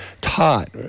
taught